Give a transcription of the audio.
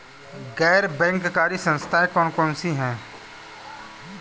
गैर बैंककारी संस्थाएँ कौन कौन सी हैं?